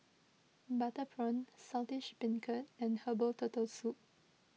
Butter Prawn Saltish Beancurd and Herbal Turtle Soup